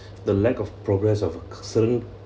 the lack of progress of certain